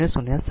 007 2